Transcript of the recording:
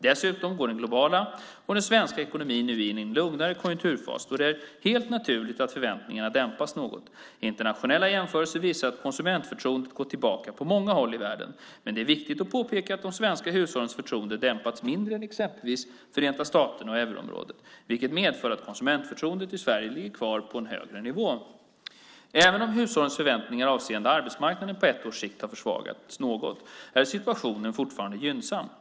Dessutom går den globala och den svenska ekonomin nu in i en lugnare konjunkturfas då det är helt naturligt att förväntningarna dämpas något. Internationella jämförelser visar att konsumentförtroendet gått tillbaka på många håll i världen. Men det är viktigt att påpeka att de svenska hushållens förtroende dämpats mindre än i exempelvis Förenta staterna och euroområdet, vilket medför att konsumentförtroendet i Sverige ligger kvar på en högre nivå. Även om hushållens förväntningar avseende arbetsmarknaden på ett års sikt har försvagats något är situationen fortfarande gynnsam.